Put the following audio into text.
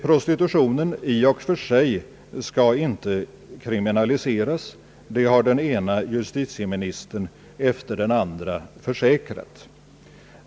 Prostitutionen i och för sig skall inte kriminaliseras, det har den ena justitieministern efter den andra försäkrat.